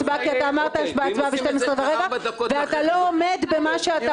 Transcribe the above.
לא עומד במה שאתה אומר.